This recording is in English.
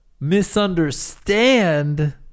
Misunderstand